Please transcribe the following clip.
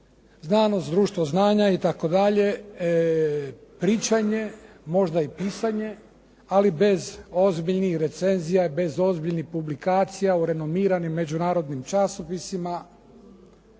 znanost, društvo znanja itd., pričanje možda i pisanje, ali bez ozbiljnih recenzija, bez ozbiljnih publikacija u renomiranim međunarodnim časopisima,